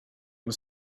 was